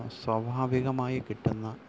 സ്വാഭാവികമായി കിട്ടുന്ന